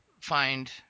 find